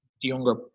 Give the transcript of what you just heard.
younger